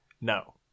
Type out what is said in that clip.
No